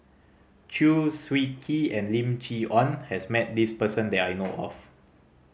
Chew Swee Kee and Lim Chee Onn has met this person that I know of